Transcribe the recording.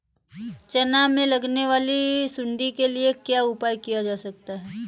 चना में लगने वाली सुंडी के लिए क्या उपाय किया जा सकता है?